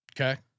Okay